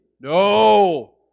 No